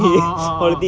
orh orh orh orh